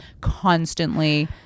constantly